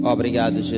Obrigado